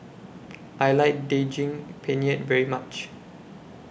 I like Daging Penyet very much